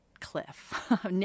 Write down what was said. cliff